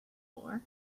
floor